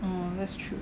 oh that's true